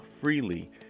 freely